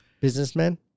Businessman